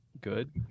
good